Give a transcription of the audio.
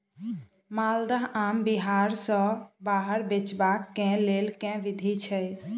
माल्दह आम बिहार सऽ बाहर बेचबाक केँ लेल केँ विधि छैय?